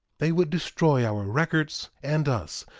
they would destroy our records and us,